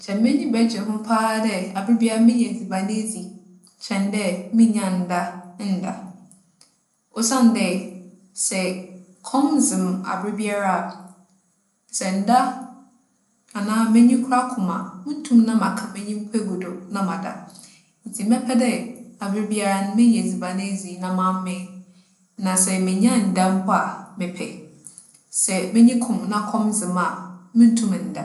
Nkyɛ m'enyi bɛgye ho paa dɛ aberbiara menya edziban edzi kyɛn dɛ minnya nda nnda. Osiandɛ, sɛ kͻm dze me aberbiara a, sɛ nda anaa m'enyi koraa kum, munntum na maaka m'enyi mpo egu do na maada. Ntsi mɛpɛ dɛ aberbiara no, menya edziban edzi na mamee. Na sɛ mennya nda mpo a, mepɛ. Sɛ m'enyi kum na kͻm dze me a, munntum nnda.